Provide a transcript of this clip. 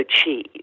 achieve